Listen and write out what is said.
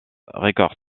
records